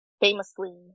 famously